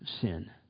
sin